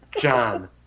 John